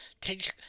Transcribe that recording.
take